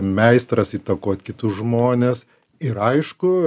meistras įtakot kitus žmones ir aišku